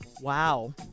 Wow